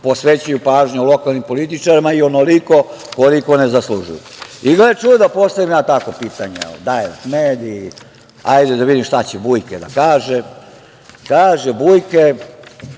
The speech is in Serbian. posvećuju pažnju lokalnim političarima i onoliko koliko ne zaslužuju.I gle čuda, postavim ja tako pitanje, Dajrek mediji, da vidim šta će Bujke da kaže, kaže Bujke